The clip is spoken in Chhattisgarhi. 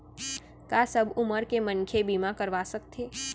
का सब उमर के मनखे बीमा करवा सकथे?